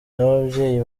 n’ababyeyi